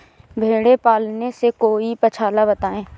भेड़े पालने से कोई पक्षाला बताएं?